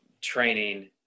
training